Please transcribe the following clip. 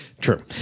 true